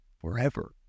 forever